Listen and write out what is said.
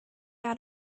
out